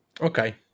Okay